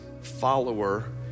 Follower